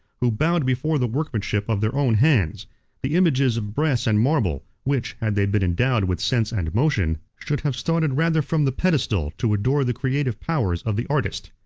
who bowed before the workmanship of their own hands the images of brass and marble, which, had they been endowed with sense and motion, should have started rather from the pedestal to adore the creative powers of the artist.